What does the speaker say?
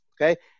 okay